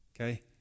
Okay